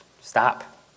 stop